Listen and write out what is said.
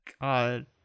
God